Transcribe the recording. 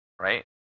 right